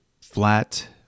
flat